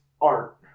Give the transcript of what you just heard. art